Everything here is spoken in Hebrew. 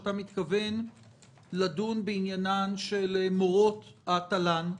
שאתה מתכוון לדון בעניינן של מורות התל"ן,